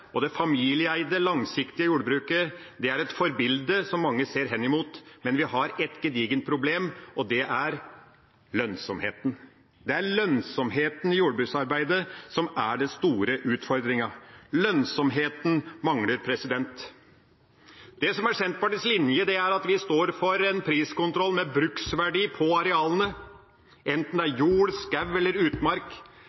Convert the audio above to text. og det familieeide, langsiktige jordbruket er et forbilde som mange ser henimot, men vi har et gedigent problem, og det er lønnsomheten. Det er lønnsomheten i jordbruksarbeidet som er den store utfordringa. Lønnsomheten mangler. Det som er Senterpartiets linje, er at vi står for en priskontroll med bruksverdi på arealene, enten det er